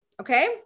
Okay